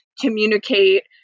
communicate